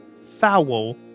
Foul